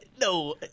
No